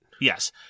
Yes